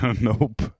Nope